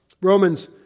Romans